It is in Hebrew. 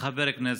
חבר הכנסת.